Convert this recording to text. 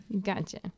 Gotcha